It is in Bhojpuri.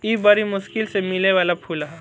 इ बरी मुश्किल से मिले वाला फूल ह